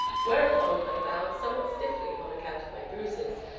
whereupon i bowed somewhat stiffly on account of my bruises,